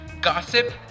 gossip